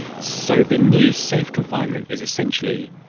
so the new safe confinement is essentially,